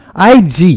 IG